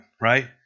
right